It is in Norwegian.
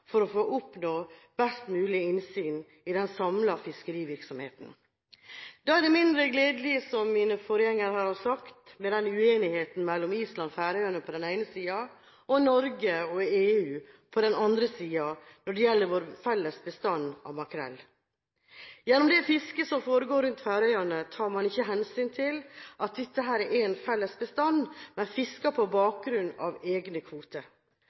for å oppnå best mulig innsyn i den samlede fiskerivirksomheten. Da er det mindre gledelig, som mine forgjengere her har sagt, med uenigheten mellom Island og Færøyene på den ene siden og Norge og EU på den andre når det gjelder vår felles bestand av makrell. Gjennom det fisket som foregår rundt Færøyene, tar man ikke hensyn til at dette er en felles bestand, men fisker på bakgrunn av egne